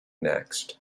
next